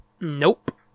Nope